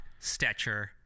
Stetcher